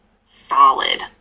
solid